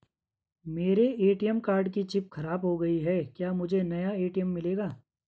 मेरे ATM card की chip खराब हो गयी है क्या मुझे नया ए.टी.एम मिलेगा?